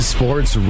Sports